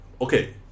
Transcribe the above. Okay